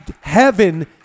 heaven